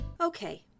Okay